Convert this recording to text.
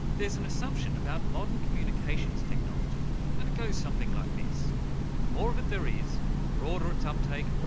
there's an assumption about modern communications technology and it goes something like this the more of it there is, the broader its uptake,